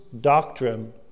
doctrine